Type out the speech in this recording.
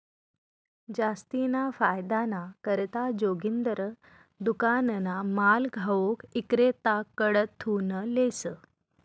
जास्तीना फायदाना करता जोगिंदर दुकानना माल घाऊक इक्रेताकडथून लेस